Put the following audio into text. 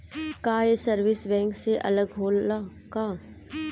का ये service bank से अलग होला का?